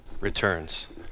returns